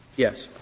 yes.